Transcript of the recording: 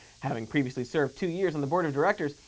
having previously served two years on the board of directors,